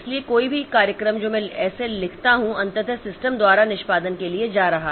इसलिए कोई भी कार्यक्रम जो मैं ऐसा लिखता हूं अंततः सिस्टम द्वारा निष्पादन के लिए जा रहा है